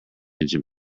engine